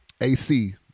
AC